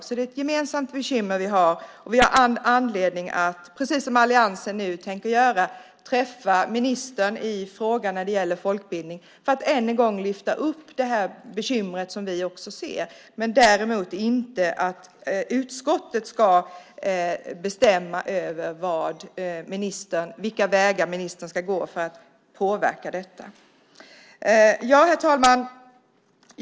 Det är alltså ett gemensamt bekymmer som vi har, och vi har all anledning att, precis som alliansen nu tänker göra, träffa ministern vad gäller folkbildning för att än en gång lyfta upp det bekymmer som också vi ser finns. Däremot ska inte utskottet bestämma över vilka vägar ministern ska gå för att påverka detta. Herr talman!